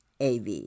AV